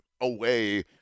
away